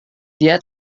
dia